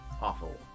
awful